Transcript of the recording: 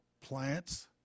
plants